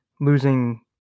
losing